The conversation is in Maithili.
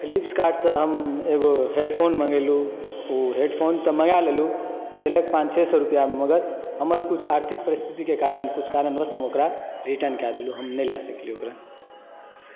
फ़्लीपकार्टसॅं हम एगो हेडफ़ोन मंगेलहुॅं ओ हेडफ़ोन तऽ मँगा लेलहुॅं देलक पाँच छओ सए रुपैआमे मगर हमर किछु आर्थिक परिस्थिति के कारण किछु कारणवश हम ओकरा रिटर्न कए देलहुॅं हम नहि लय सकलीए ओकरा